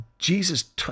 Jesus